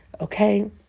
Okay